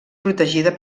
protegida